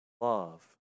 Love